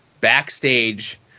backstage